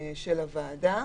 של הוועדה.